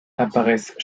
paraissent